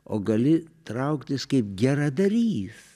o gali trauktis kaip geradarys